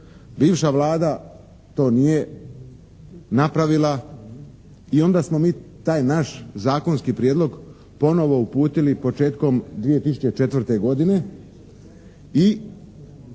Bivša Vlada to nije napravila i onda smo mi taj naš zakonski prijedlog ponovo uputili početkom 2004. godine i